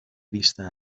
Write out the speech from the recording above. vista